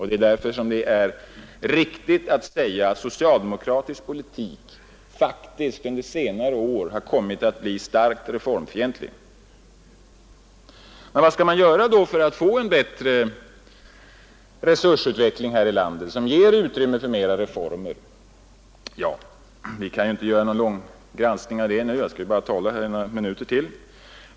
Det är därför som det är riktigt att säga att socialdemokratisk politik faktiskt på senare år kommit att bli starkt reformfientlig. Vad kan man då göra för att här i landet få en bättre resursutveckling som ger utrymme för mera reformer? Ja, vi kan inte göra någon lång granskning av det — jag skall ju bara tala i några minuter till.